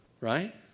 Right